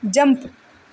jump